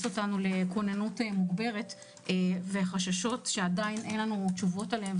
אותנו לכוננות מוגברת ולחששות שעדיין אין לנו תשובות עליהם.